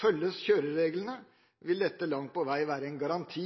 Følges kjørereglene, vil dette langt på vei være en garanti